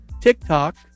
TikTok